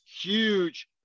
Huge